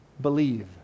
believe